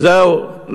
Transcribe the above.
זהו,